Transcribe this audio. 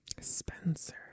Spencer